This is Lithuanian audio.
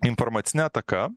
informacinė ataka